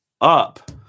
up